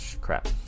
crap